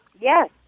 Yes